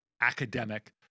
academic